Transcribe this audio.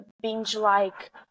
binge-like